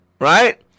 right